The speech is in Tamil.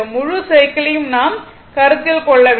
முழு சைக்கிளையும் நாம் கருத்தில் கொள்ள வேண்டும்